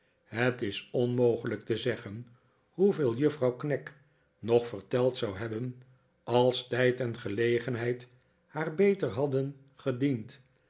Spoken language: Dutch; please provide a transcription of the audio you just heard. het is onmogelijk te zeggen hoeveel jufvrouw knag nog verteld zou hebben als tijd en gelegenheid haar beter hadden gediend